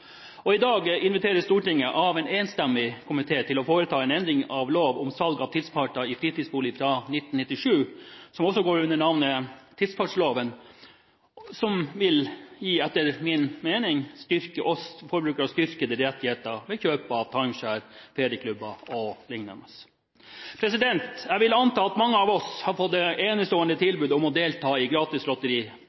I dag inviteres Stortinget av en enstemmig komité til å foreta en endring av lov fra 1997 om salg av tidsparter i fritidsbolig – også under navnet tidspartloven – som etter min mening vil gi oss forbrukere styrkede rettigheter ved kjøp av timeshare-bolig, når det gjelder ferieklubber, o.l. Jeg vil anta at mange av oss har fått enestående tilbud om å delta i